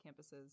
campuses